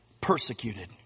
Persecuted